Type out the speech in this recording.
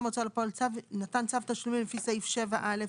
ההוצאה לפועל צו תשלומים לפי סעיף 7(א),